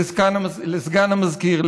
לסגן המזכירה,